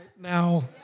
now